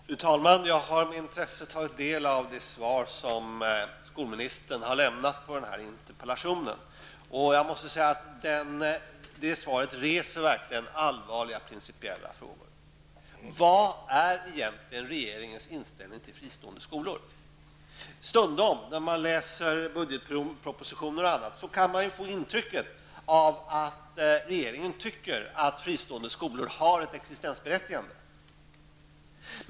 Fru talman! Jag har med intresse tagit del av det svar skolministern har lämnat på interpellationen. Svaret reser verkligen allvarliga principiella frågor. Stundom, när man läser budgetpropositioner och annat, kan man få intrycket att regeringen anser att fristående skolor har ett existensberättigande.